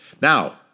Now